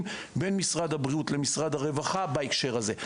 בין משרד הבריאות למשרד הרווחה בהקשר הזה.